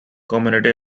community